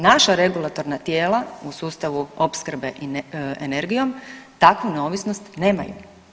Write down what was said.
Naša regulatorna tijela u sustavu opskrbe energijom takvu neovisnost nemaju.